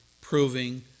proving